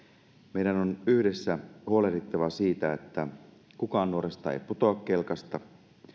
meidän on yhdessä huolehdittava siitä että kukaan nuorista ei putoa kelkasta